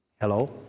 Hello